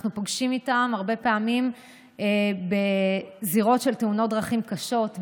אנחנו פוגשים אותם הרבה פעמים בזירות של תאונות דרכים קשות,